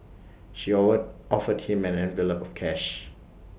she or offered him an envelope of cash